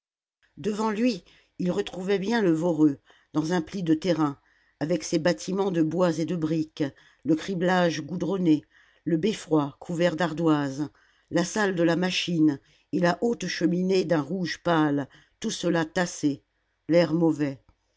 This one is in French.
devant lui il retrouvait bien le voreux dans un pli de terrain avec ses bâtiments de bois et de briques le criblage goudronné le beffroi couvert d'ardoises la salle de la machine et la haute cheminée d'un rouge pâle tout cela tassé l'air mauvais